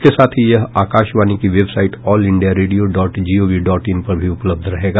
इसके साथ ही यह आकाशवाणी की website all India radio dot G O V dot in पर भी उपलब्ध रहेगा